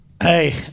hey